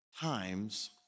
times